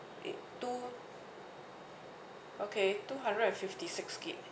it two okay two hundred and fifty six gig